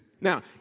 Now